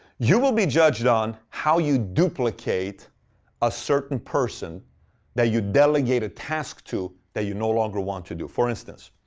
you will be judged on how you duplicate a certain person that you delegate a task to that you no longer want to do. for instance,